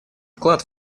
вклад